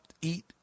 eat